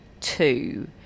two